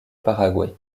paraguay